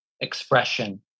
expression